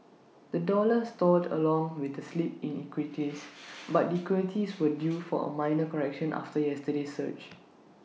the dollar stalled along with the slip in equities but equities were due for A minor correction after yesterday's surge